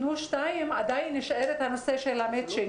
עדיין יישאר הנושא של המצ'ינג.